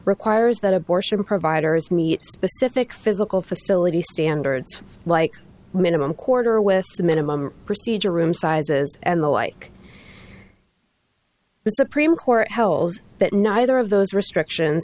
requires that abortion providers meet specific physical facilities standards like minimum quarter with the minimum procedure room sizes and the like the supreme court holds that neither of those restriction